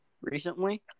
recently